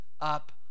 up